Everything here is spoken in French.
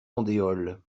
andéol